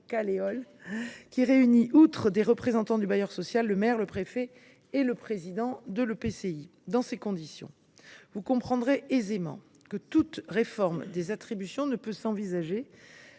qui réunit, outre des représentants du bailleur social, le maire, le préfet et le président de l’EPCI. Dans ces conditions, vous le comprendrez aisément, aucune réforme des attributions ne peut s’envisager